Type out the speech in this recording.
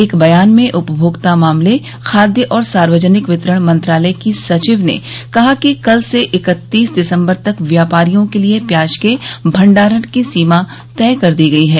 एक बयान में उपभोक्ता मामले खाद्य और सार्वजनिक वितरण मंत्रालय की सचिव ने कहा है कि कल से इकत्तीस दिसम्बर तक व्यापारियों के लिए प्याज के भंडारण की सीमा तय कर दी गई है